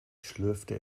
schlürfte